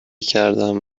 کردم